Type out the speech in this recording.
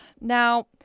now